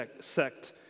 sect